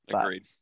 Agreed